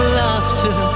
laughter